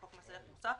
לחוק מס ערך מוסף,